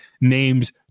names